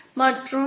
6 ஆகும்